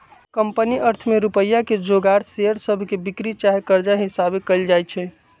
company अर्थ में रुपइया के जोगार शेयर सभके बिक्री चाहे कर्जा हिशाबे कएल जाइ छइ